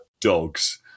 dogs